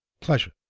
pleasure